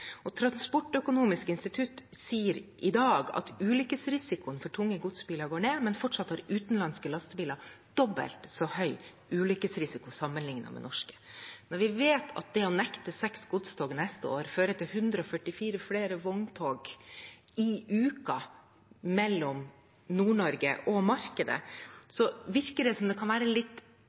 Transportøkonomisk institutt sier i dag at ulykkesrisikoen for tunge godsbiler går ned, men fortsatt har utenlandske lastebiler dobbelt så høy ulykkesrisiko sammenliknet med norske. Når vi vet at det å si nei til seks godstog til neste år fører til 144 flere vogntog i uka mellom Nord-Norge og markedet,